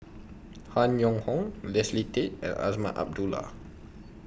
Han Yong Hong Leslie Tay and Azman Abdullah